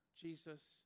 Jesus